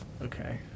Okay